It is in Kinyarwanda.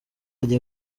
agiye